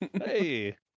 Hey